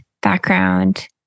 background